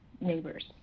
neighbors